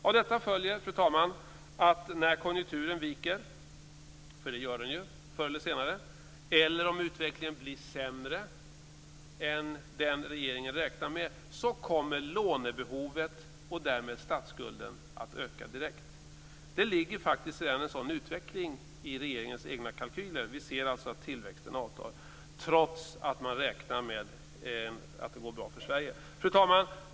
Av detta följer, fru talman, att lånebehovet och därmed statsskulden kommer att öka direkt när konjunkturen viker - det gör den ju förr eller senare - eller om utvecklingen blir sämre än den regeringen räknar med. En sådan utveckling ligger faktiskt redan i regeringens egna kalkyler. Vi ser alltså att tillväxten avtar trots att man räknar med att det går bra för Sverige. Fru talman!